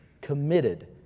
committed